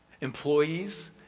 Employees